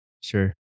sure